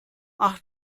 acht